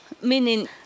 meaning